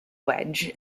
wedge